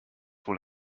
wohl